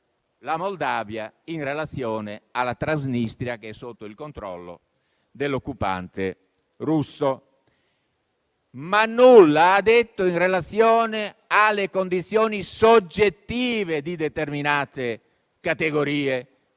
la Moldavia in relazione alla Transnistria, che è sotto il controllo dell'occupante russo. Ma nulla ha detto in relazione alle condizioni soggettive di determinate categorie: